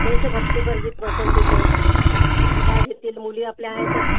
देशभक्तीपर गीत बसवतील ते त्या घेतील मुली आपल्या आहेतच